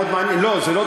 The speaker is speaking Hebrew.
לא עוזר.